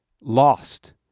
lost